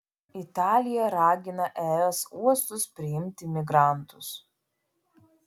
italija ragina es uostus priimti migrantus